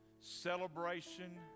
celebration